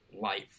life